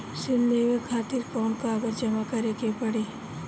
ऋण लेवे खातिर कौन कागज जमा करे के पड़ी?